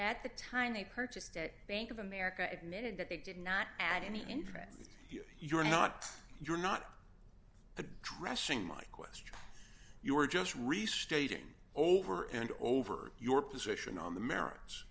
at the time they purchased a bank of america admitted that they did not at any internet you're not you're not addressing my question you were just restating over and over your position on the merits